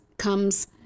comes